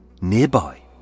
nearby